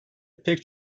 pek